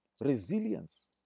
resilience